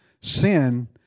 Sin